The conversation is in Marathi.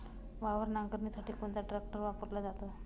वावर नांगरणीसाठी कोणता ट्रॅक्टर वापरला जातो?